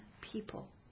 people